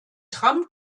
tram